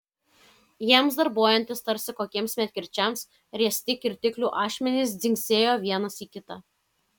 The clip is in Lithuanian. jiems darbuojantis tarsi kokiems medkirčiams riesti kirtiklių ašmenys dzingsėjo vienas į kitą